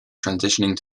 transitioning